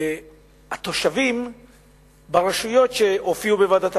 התושבים ברשויות שהופיעו בוועדת הפנים,